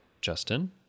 Justin